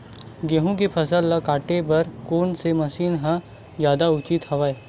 गेहूं के फसल ल काटे बर कोन से मशीन ह जादा उचित हवय?